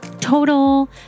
total